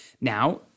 Now